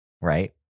right